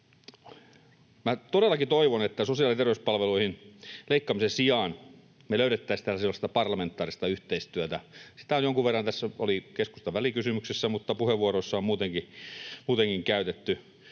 todellakin toivon, että sosiaali- ja terveyspalveluissa leikkaamisen sijaan me löydettäisiin täällä sellaista parlamentaarista yhteistyötä. Sitä jonkun verran oli keskustan välikysymyksessä, mutta puheenvuoroissa sitä on muutenkin käytetty.